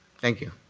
thank you.